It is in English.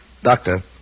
Doctor